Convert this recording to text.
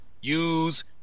use